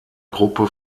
gruppe